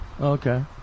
Okay